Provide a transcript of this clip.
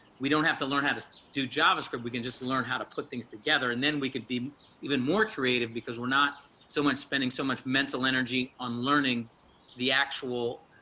we don't have to learn how to do javascript, we can just learn how to put things together and then we could be even more creative because we're not so much spending so much mental energy on learning the actual.